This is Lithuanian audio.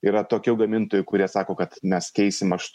yra tokių gamintojų kurie sako kad mes keisim aš